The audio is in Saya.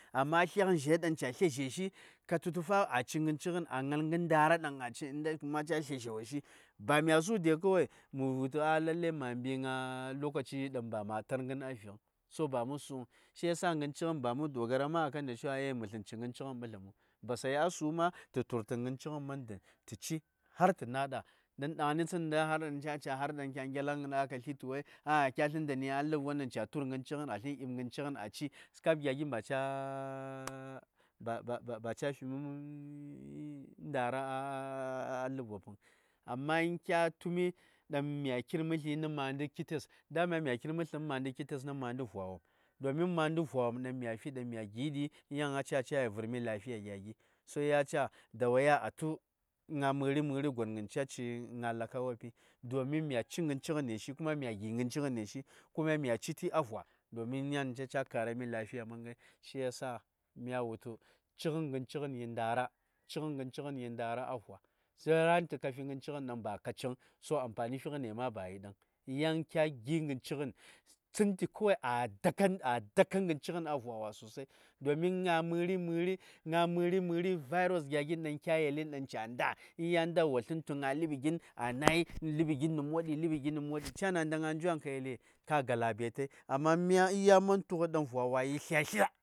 Amma slyagən zhai dang ca: slya zheshi ka tu tə fa a ci ngən cigən a ngal ngən nda:ra dang a ci nda ma ca: slya zha woshi ba mya su de kawai mə wul tu a lalle ma mbi nga lokaci dang ba ma tar gən a ving. So ba mə sung shiyasa gən cighən ba mə dogaran akan da cewa e mə slən ci gən ci:ghən ɓəsləməng. Basayi a su ma tu tə tu:r tə gən ci:ghən mən dən tə ci, har tə na̱ ɗa, don ɗaŋni tsən har ɗaŋ kya gyalngən a ka sli tu wai kya slən ndani a ləbwon ɗaŋ ca: tu:r gən cighən a slən di:p gən c:ghən a ci, ka:p gya gin ba ca: ba-ba-ba-ba ca fi ndara: a ləb wopəŋ. Amma in kya tu mi ɗaŋ mya ki:r mə sli nə ma:nɗə, ya:n ma kir mə sli nə ma:nɗə nə ma:nɗə vwa wopm. Domin ma:ɗə vwawopm ɗaŋ mya fi ɗi yan a ca cə:yi vər mi lafiya, ya fi. To ya:n a ca: da wuya tu ŋa: mə:ri mə:ri gongən ca ci ŋa lakka woppi, domin mya ci gən cighəne shi kuma mya gi: gən cighənes kuma mya ci ti a vwa domin ya:n nda ca: kara mi lafiya mənghai. Shiyasa mya wul tu, cigən gən cighən yi nda:ra-cigən gən cighən yi nda:ra a vwa. Yən tu ka gi: gən cighən ɗaŋ ba ka ciŋ, to amfani fighənes ma ba yi ɗaŋ. n ya:n kya gi: gan cighən, tsəni kawai a daka-a daka gən cighən a vwa wa sosai domin ŋa: mə:ri-mə:ri-ŋa: mə:ri-mə:ri virus ɗaŋ kya yelin, ɗaŋ ca: nda, in ya nda wo slən tsən, ləɓi gin a na:y ləɓi gin nə motɗi-ləɓi gin nə motɗi. Ca: na̱ nda ŋa:njuatn ka yeli ka galabaitai. To amma ya man tu-gh ɗaŋ vwa wa yi slya-slya.